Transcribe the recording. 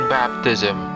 baptism